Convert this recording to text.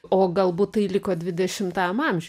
o galbūt tai liko dvidešimtajam amžiuj